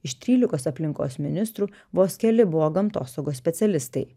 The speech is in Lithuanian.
iš trylikos aplinkos ministrų vos keli buvo gamtosaugos specialistai